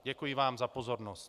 Děkuji vám za pozornost.